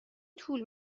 طول